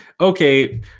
okay